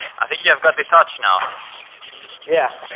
i think you have got the touch now yeah